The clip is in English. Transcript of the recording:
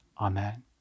Amen